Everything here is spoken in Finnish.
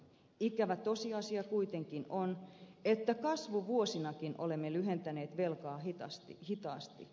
ikävä tosiasia kuitenkin on että kasvuvuosinakin olemme lyhentäneet velkaa hitaasti